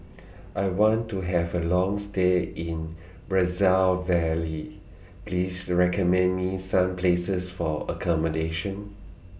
I want to Have A Long stay in Brazzaville Please recommend Me Some Places For accommodation